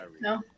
no